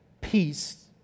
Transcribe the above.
peace